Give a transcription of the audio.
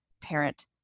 parent